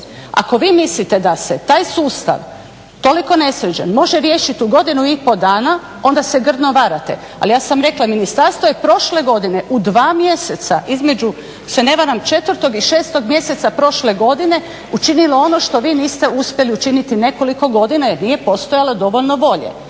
Ako vi mislite da se taj sustav toliko nesređen može riješiti u godinu i pol dana onda se grdno varate. Ali ja sam rekla ministarstvo je prošle godine u dva mjeseca između ako se ne varam 4. i 6.mjeseca prošle godine učinilo ono što vi niste uspjeli učiniti nekoliko godina jer nije postojalo dovoljno volje,